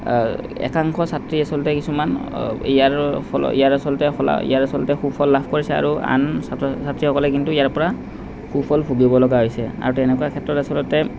একাংশ ছাত্ৰী আচলতে কিছুমান ইয়াৰ ফল ইয়াৰ আচলতে ফলা ইয়াৰ আচলতে সুফল লাভ কৰিছে আৰু আন ছাত্ৰ ছাত্ৰীসকলে কিন্তু ইয়াৰ পৰা সুফল ভুগিব লগা হৈছে আৰু তেনেকুৱা ক্ষেত্ৰত আচলতে